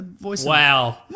Wow